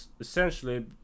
Essentially